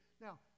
Now